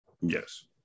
Yes